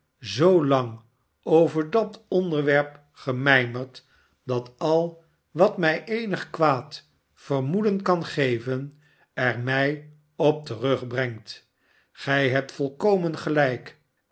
zoolang over dat onderwerp gemijmerd dat al wat mij eenig kwaad vermoeden kan geven er mij op terugbrengt gij hebt volkomen gelijk